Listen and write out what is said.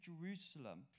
Jerusalem